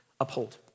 uphold